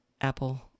Apple